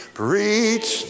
preach